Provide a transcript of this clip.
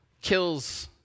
kills